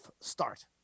start